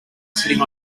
sitting